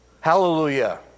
Hallelujah